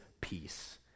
peace